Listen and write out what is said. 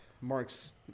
Mark's